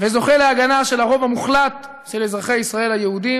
וזוכה להגנה של הרוב המוחלט של אזרחי ישראל היהודים,